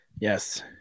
Yes